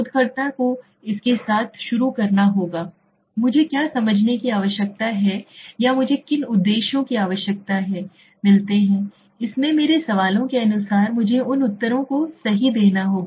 शोधकर्ता को इसके साथ शुरू करना होगा मुझे क्या समझने की आवश्यकता है या मुझे किन उद्देश्यों की आवश्यकता है मिलते हैं इसलिए मेरे सवालों के अनुसार मुझे उन उत्तरों को सही देना होगा